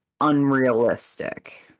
unrealistic